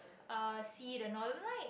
uh see the Northern light